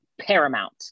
Paramount